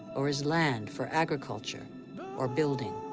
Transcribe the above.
or as land for agriculture or building.